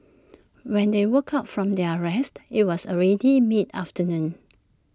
when they woke up from their rest IT was already mid afternoon